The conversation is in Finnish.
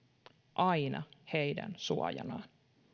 aina heidän suojanaan